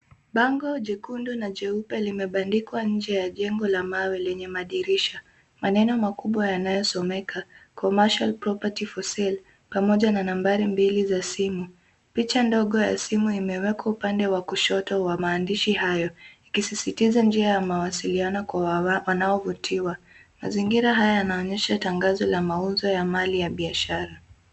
Bango jekundu na jeupe limebandikwa nje ya jengo la mawe lenye madirisha. Maneno makubwa yanayosomeka Commercial property for sale pamoja na nambari mbili za simu. Picha ndogo ya simu imewekwa upande wa kushoto wa maandishi hayo, ikisisitiza njia ya mawasiliano kwa wanaovutiwa. Mazingira haya yanaonyesha tangazo la mauzo ya mali ya biashara.